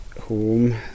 home